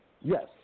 Yes